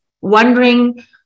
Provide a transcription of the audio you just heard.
wondering